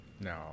No